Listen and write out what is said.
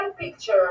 picture